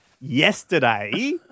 yesterday